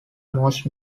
most